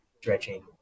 stretching